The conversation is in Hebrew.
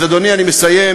אז, אדוני, אני מסיים,